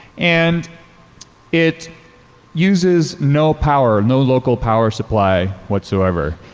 and it uses no power, no local power supply whatsoever.